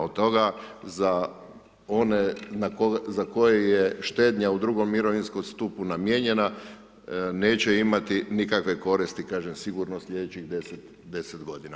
Od toga za one za koje je štednja u drugom mirovinskom stupu namijenjena neće imati nikakve koristi, kažem, sigurno sljedećih 10 godina.